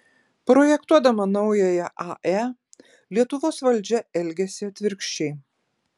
projektuodama naująją ae lietuvos valdžia elgiasi atvirkščiai